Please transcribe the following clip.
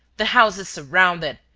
the house is surrounded!